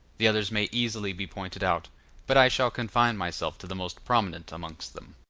the others may easily be pointed out but i shall confine myself to the most prominent amongst them.